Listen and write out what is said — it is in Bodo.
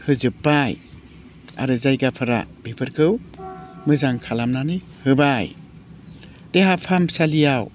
होजोब्बाय आरो जायगाफ्रा बेफोरखौ मोजां खालामनानै होबाय देहा फाहामसालियाव